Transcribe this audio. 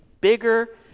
bigger